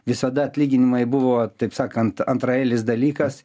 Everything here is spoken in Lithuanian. visada atlyginimai buvo taip sakant antraeilis dalykas